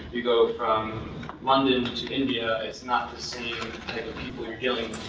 you go from london to india, it's not the same type of people you're dealing